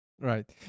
right